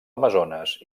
amazones